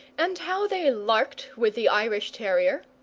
and how they larked with the irish terrier,